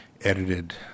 edited